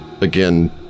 again